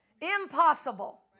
Impossible